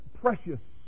precious